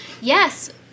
yes